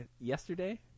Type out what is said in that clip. yesterday